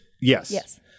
Yes